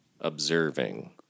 Observing